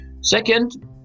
Second